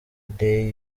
day